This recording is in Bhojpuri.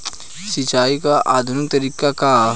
सिंचाई क आधुनिक तरीका का ह?